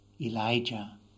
Elijah